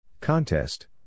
Contest